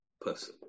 person